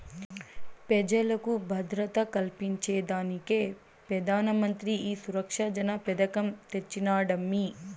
పెజలకు భద్రత కల్పించేదానికే పెదానమంత్రి ఈ సురక్ష జన పెదకం తెచ్చినాడమ్మీ